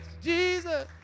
Jesus